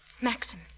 Maxim